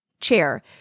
chair